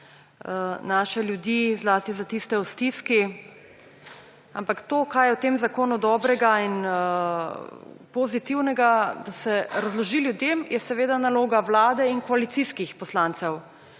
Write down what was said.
naše ljudi, zlasti za tiste v stiski, ampak to, kaj je v tem zakonu dobrega in pozitivnega, da se razloži ljudem, je seveda naloga vlade in koalicijskih poslancev.